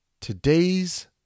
Today's